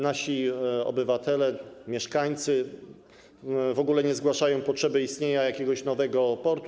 Nasi obywatele, mieszkańcy w ogóle nie zgłaszają potrzeby istnienia jakiegoś nowego portu.